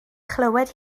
chlywed